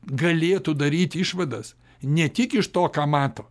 galėtų daryti išvadas ne tik iš to ką mato